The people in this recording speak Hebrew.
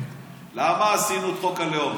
למה חוקקנו את חוק הלאום?